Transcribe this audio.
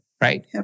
right